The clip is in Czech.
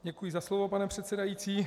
Děkuji za slovo, pane předsedající.